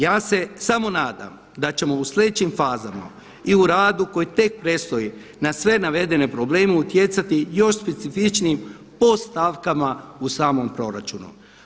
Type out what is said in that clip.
Ja se samo nadam da ćemo u sljedećim fazama i u radu koji tek predstoji na sve navedene probleme utjecati još specifičnijim po stavkama u samom proračunu.